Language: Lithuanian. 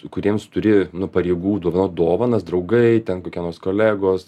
kuriems turi nu pareigų dovanot dovanas draugai ten kokie nors kolegos